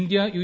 India U